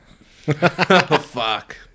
Fuck